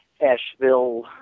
Asheville